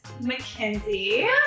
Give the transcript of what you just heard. Mackenzie